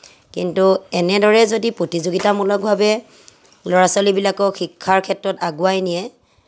কিন্তু এনেদৰে যদি প্ৰতিযোগিতামূলকভাৱে ল'ৰা ছোৱালীবোৰক শিক্ষাৰ ক্ষেত্ৰত আগুৱাই নিয়ে